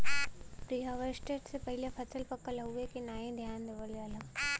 preharvest से पहिले फसल पकल हउवे की नाही ध्यान देवल जाला